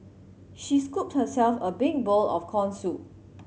she scooped herself a big bowl of corn soup